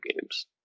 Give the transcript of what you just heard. games